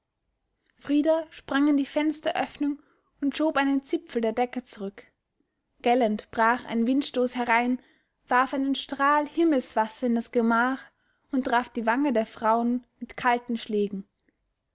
frida sprang an die fensteröffnung und schob einen zipfel der decke zurück gellend brach ein windstoß herein warf einen strahl himmelswasser in das gemach und traf die wange der frauen mit kalten schlägen